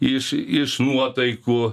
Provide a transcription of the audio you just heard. iš iš nuotaikų